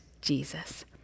Jesus